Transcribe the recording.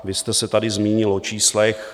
Vy jste se tady zmínil o číslech.